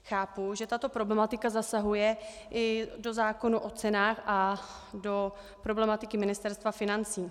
Chápu, že tato problematika zasahuje i do zákona o cenách a do problematiky Ministerstva financí.